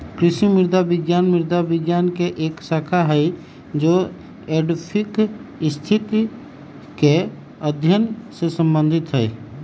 कृषि मृदा विज्ञान मृदा विज्ञान के एक शाखा हई जो एडैफिक स्थिति के अध्ययन से संबंधित हई